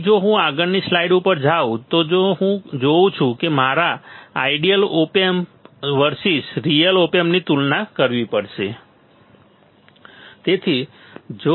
તેથી જો હું આગળની સ્લાઇડ ઉપર જાઉં તો હું જે જોઉં છું કે મારે ideal op amp versus real op એમ્પની તુલના કરવી પડશે